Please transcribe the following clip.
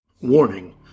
Warning